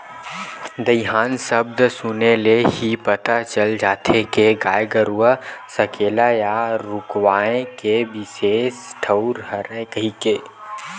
दईहान सब्द सुने ले ही पता चल जाथे के गाय गरूवा सकेला या रूकवाए के बिसेस ठउर हरय कहिके